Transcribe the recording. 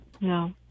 No